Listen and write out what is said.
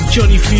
Johnny